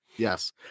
Yes